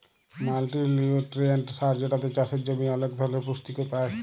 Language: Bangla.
মাল্টিলিউট্রিয়েন্ট সার যেটাতে চাসের জমি ওলেক ধরলের পুষ্টি পায়